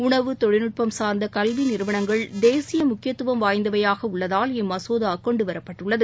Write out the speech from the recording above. உணவு தொழில்நுட்பம் சார்ந்த கல்வி நிறுவனங்கள் தேசிய முக்கியத்துவம் வாய்ந்தவையாக உள்ளதால் இம்மசோதா கொண்டுவரப்பட்டுள்ளது